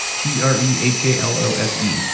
t r e h a l o s e.